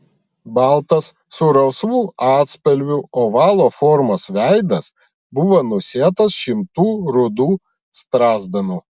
baltas su rausvu atspalviu ovalo formos veidas buvo nusėtas šimtų rudų strazdanų